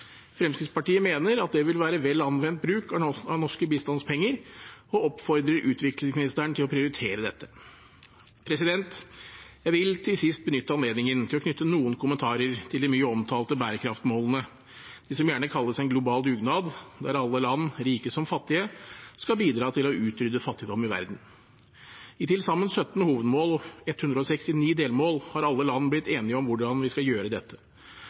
Fremskrittspartiet mener at det vil være vel anvendte norske bistandspenger, og oppfordrer utviklingsministeren til å prioritere dette. Jeg vil til sist benytte anledningen til å knytte noen kommentarer til de mye omtalte bærekraftsmålene, de som gjerne kalles en «global dugnad», der alle land, rike som fattige, skal bidra til å utrydde fattigdom i verden. I til sammen 17 hovedmål og 169 delmål er alle land blitt enige om hvordan vi skal gjøre dette.